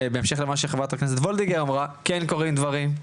בהמשך למה שחברת הכנסת וולדיגר אמרה כן קורים דברים,